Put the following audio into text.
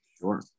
Sure